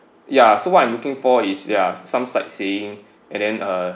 ya so what I'm looking for is ya some sightseeing and then uh